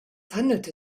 handelte